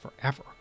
forever